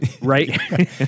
right